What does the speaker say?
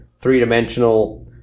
three-dimensional